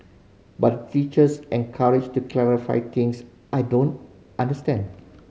but teachers encouraged to clarify things I don't understand